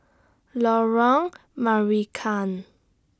Lorong Marican